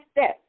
step